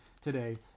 today